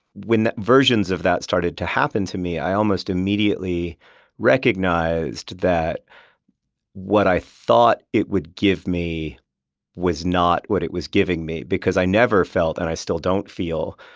when versions of that started to happen to me, i almost immediately recognized that what i thought it would give me was not what it was giving me because i never felt, and i still don't feel,